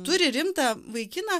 turi rimtą vaikiną